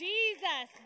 Jesus